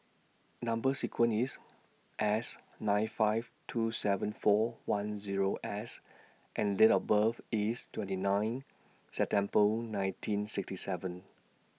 Number sequence IS S nine five two seven four one Zero S and Date of birth IS twenty nine September nineteen sixty seven